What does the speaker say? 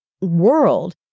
world